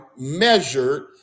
measured